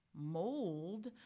Mold